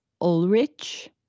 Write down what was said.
Ulrich